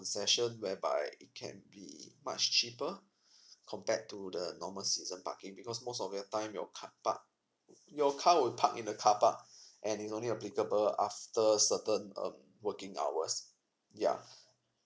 concession whereby it can be much cheaper compared to the normal season parking because most of your time your carpark your car will park in the carpark and is only applicable after certain um working hours yeah